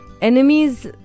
Enemies